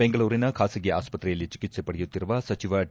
ಬೆಂಗಳೂರಿನ ಖಾಸಗಿ ಆಸ್ತ್ರೆಯಲ್ಲಿ ಚಿಕಿತ್ಸೆ ಪಡೆಯುತ್ತಿರುವ ಸಚಿವ ಡಿ